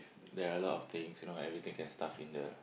there are a lot of things you know everything can stuff in the